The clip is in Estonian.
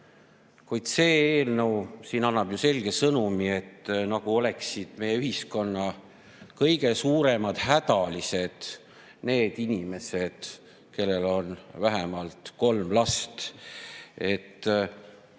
kuid see eelnõu annab ju selge sõnumi, nagu oleksid meie ühiskonna kõige suuremad hädalised need inimesed, kellel on vähemalt kolm last.